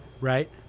right